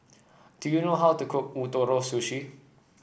do you know how to cook Ootoro Sushi